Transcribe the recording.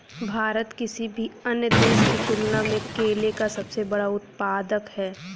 भारत किसी भी अन्य देश की तुलना में केले का सबसे बड़ा उत्पादक है